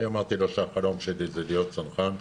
אני אמרתי לו שהחלום שלי הוא להיות צנחן.